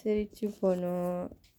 அனுசரிச்சு போனும்:anusarichsu poonum